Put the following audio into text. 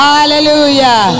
Hallelujah